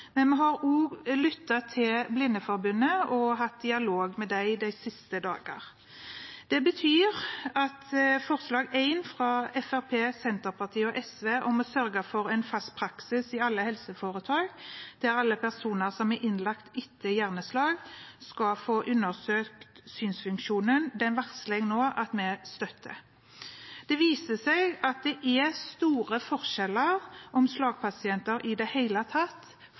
men vi har også lyttet til Blindeforbundet og hatt dialog med dem de siste dagene. Det betyr at forslag nr. 1, fra Fremskrittspartiet, Senterpartiet og SV – om å sørge for en fast praksis i alle helseforetak, der alle personer som er innlagt etter hjerneslag, skal få undersøkt synsfunksjonen – varsler jeg nå at vi støtter. Det viser seg at det er store forskjeller på om slagpasienter i det hele tatt